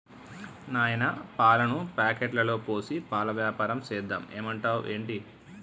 నాయనా పాలను ప్యాకెట్లలో పోసి పాల వ్యాపారం సేద్దాం ఏమంటావ్ ఏంటి